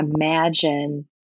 imagine